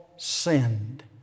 sinned